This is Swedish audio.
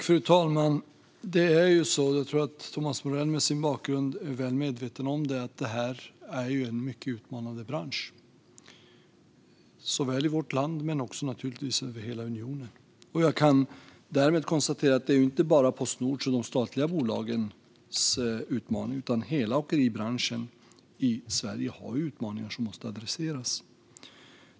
Fru talman! Jag tror att Thomas Morell med sin bakgrund är väl medveten om att det här är en mycket utmanande bransch såväl i vårt land som i hela unionen. Jag kan därmed konstatera att detta inte bara är Postnords och de statliga bolagens utmaning, utan hela åkeribranschen i Sverige har utmaningar som måste adresseras.